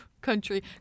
country